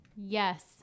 Yes